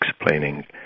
explaining